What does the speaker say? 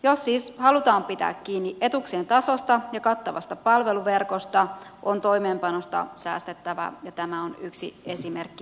jos siis halutaan pitää kiinni etuuksien tasosta ja kattavasta palveluverkosta on toimeenpanosta säästettävä ja tämä on yksi esimerkki siitä